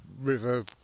river